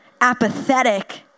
apathetic